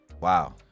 Wow